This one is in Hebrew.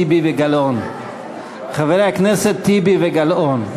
חברי הכנסת טיבי וגלאון.